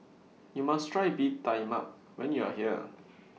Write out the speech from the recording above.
YOU must Try Bee Tai Mak when YOU Are here